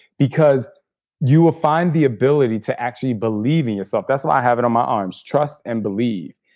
because you will find the ability to actually believe in yourself. that's why i have it on my arms trust and believe.